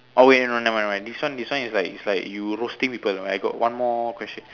oh wait no no never mind never mind this one this one is like is like you roasting people I got one more question